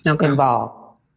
involved